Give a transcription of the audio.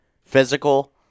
physical